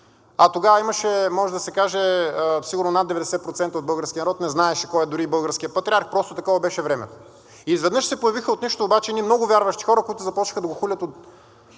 А тогава имаше, може да се каже, сигурно над 90% от българския народ, който не знаеше кой дори е българският патриарх, просто такова беше времето. И изведнъж се появиха от нищото обаче едни много вярващи хора, които започнаха да го хулят от